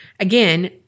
Again